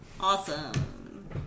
Awesome